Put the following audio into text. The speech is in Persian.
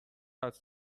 حدس